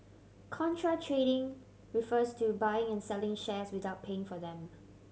contra trading refers to buying and selling shares without paying for them